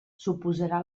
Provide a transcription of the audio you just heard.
suposarà